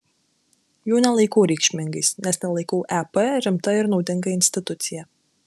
jų nelaikau reikšmingais nes nelaikau ep rimta ir naudinga institucija